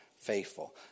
faithful